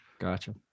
gotcha